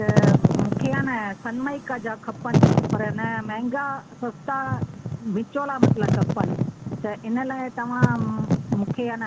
त मूंखे आ न सनमाईका जा खपनि पर न महांगा सस्ता विचोला मतिलबु खपनि त इन लाइ तव्हां मूंखे ए न